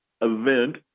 event